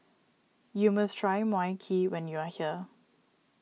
you must try Mui Kee when you are here